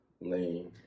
lane